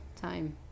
time